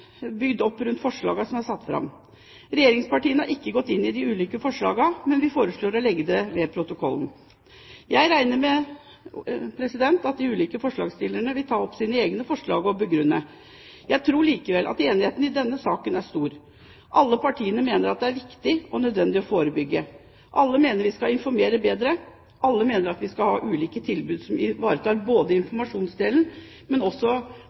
bygd opp rundt de forslagene som er satt fram. Regjeringspartiene har ikke gått inn i de ulike forslagene, men vi foreslår å legge dem ved protokollen. Jeg regner med at de ulike forslagsstillerne vil ta opp sine egne forslag og begrunne dem. Jeg tror likevel at enigheten i denne saken er stor. Alle partiene mener at det er viktig og nødvendig å forebygge. Alle mener at vi skal informere bedre. Alle mener at vi skal ha ulike tilbud som både ivaretar informasjonsdelen og også